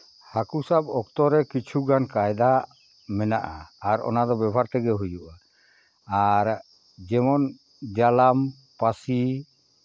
ᱦᱟᱹᱠᱩ ᱥᱟᱵ ᱚᱠᱛᱚ ᱨᱮ ᱠᱤᱪᱷᱩᱜᱟᱱ ᱠᱟᱭᱫᱟ ᱢᱮᱱᱟᱜᱼᱟ ᱟᱨ ᱚᱱᱟᱫᱚ ᱵᱮᱵᱚᱦᱟᱨ ᱛᱮᱜᱮ ᱦᱩᱭᱩᱜᱼᱟ ᱟᱨ ᱡᱮᱢᱚᱱ ᱡᱟᱞᱟᱢ ᱯᱟᱹᱥᱤ